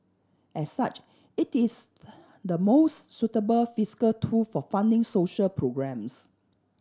as such it is the most suitable fiscal tool for funding social programmes